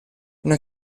una